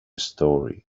story